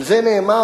על זה נאמר,